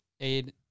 aid